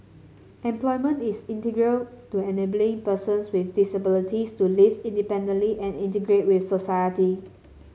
employment is integral to enabling persons with disabilities to live independently and integrate with society